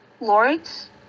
Lords